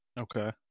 Okay